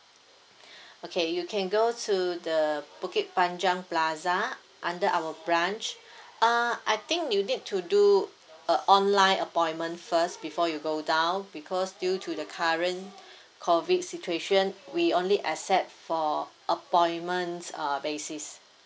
okay you can go to the bukit panjang plaza under our branch uh I think you need to do a online appointment first before you go down because due to the current COVID situation we only accept for appointments uh basis